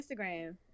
Instagram